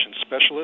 specialist